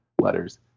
letters